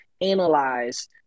analyze